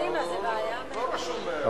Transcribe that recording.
מאיר, אתה יודע שאליך, אני תמיד נותן לך לפני.